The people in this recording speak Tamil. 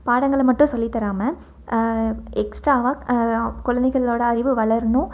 பாடங்களை மட்டும் சொல்லித்தராமல் எக்ஸ்டாவாக குழந்தைகளோட அறிவு வளரணும்